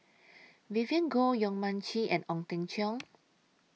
Vivien Goh Yong Mun Chee and Ong Teng Cheong